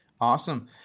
Awesome